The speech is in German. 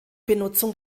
benutzung